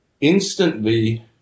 instantly